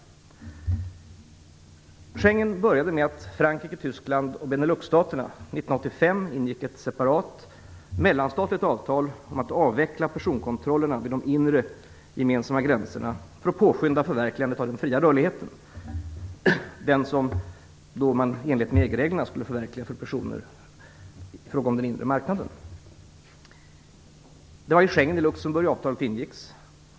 Schengensamarbetet började med att Frankrike, Tyskland och Benelux-staterna 1985 ingick ett separat mellanstatligt avtal om att avveckla personkontrollerna vid de inre gemensamma gränserna för att påskynda förverkligandet av den fria rörligheten, den som man enligt EG-reglerna skulle förverkliga för personer i fråga om den inre marknaden. Det var i Schengen i Luxemburg avtalet ingicks.